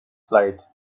flight